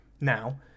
now